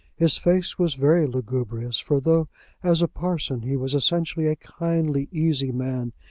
his face was very lugubrious, for though as a parson he was essentially a kindly, easy man,